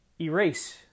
erase